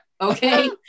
okay